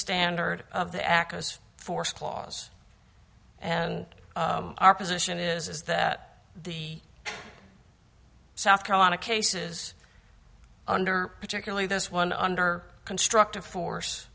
standard of the acas force clause and our position is is that the south carolina cases under particularly this one under constructive force